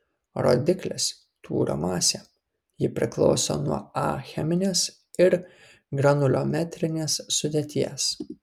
rodiklis tūrio masė ji priklauso nuo a cheminės ir granuliometrinės sudėties